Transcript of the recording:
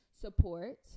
support